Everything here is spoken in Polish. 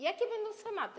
Jakie będą schematy?